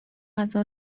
غذا